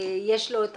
יש לו את